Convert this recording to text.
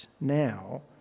now